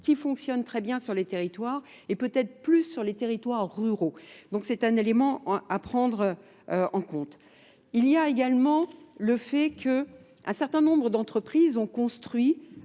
qui fonctionne très bien sur les territoires et peut-être plus sur les territoires ruraux. Donc c'est un élément à prendre en compte. Il y a également le fait que Un certain nombre d'entreprises ont construit,